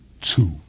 two